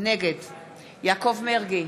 נגד יעקב מרגי,